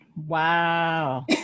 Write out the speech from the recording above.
Wow